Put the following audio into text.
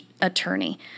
attorney